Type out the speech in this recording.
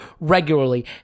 regularly